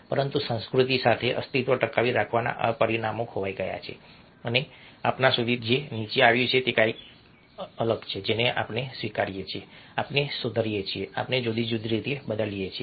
પરંતુ સંસ્કૃતિ સાથે અસ્તિત્વ ટકાવી રાખવાના આ પરિમાણો ખોવાઈ ગયા છે અને આપણા સુધી જે નીચે આવ્યું છે તે કંઈક છે જેને આપણે સ્વીકારીએ છીએ આપણે સુધારીએ છીએ આપણે જુદી જુદી રીતે બદલીએ છીએ